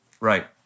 Right